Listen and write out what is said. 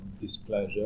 displeasure